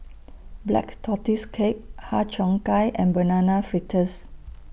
Black Tortoise Cake Har Cheong Gai and Banana Fritters